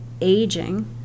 aging